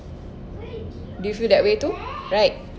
do you feel that way too right